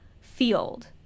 field